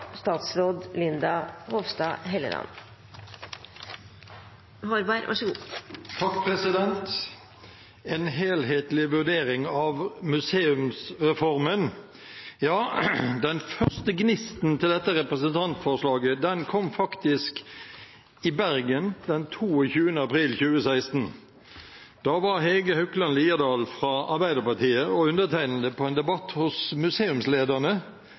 gnisten til dette representantforslaget kom faktisk i Bergen den 22. april 2016. Da var Hege Haukeland Liadal fra Arbeiderpartiet og jeg med på en debatt hos museumslederne,